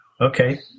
Okay